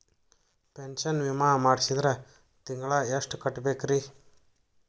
Pension ವಿಮಾ ಮಾಡ್ಸಿದ್ರ ತಿಂಗಳ ಎಷ್ಟು ಕಟ್ಬೇಕ್ರಿ?